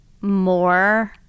more